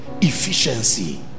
efficiency